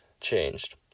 changed